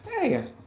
Hey